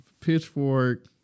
Pitchfork